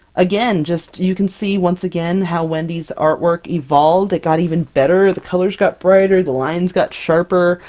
again, just you can see, once again, how wendy's artwork evolved, it got even better, the colors got brighter, the lines got sharper.